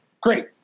Great